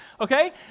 okay